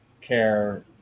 care